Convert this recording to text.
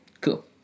cool